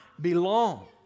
belong